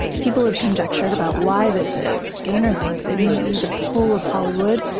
people have conjectured about why this is. ganer thinks it may be the pull of hollywood,